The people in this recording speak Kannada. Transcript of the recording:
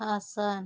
ಹಾಸನ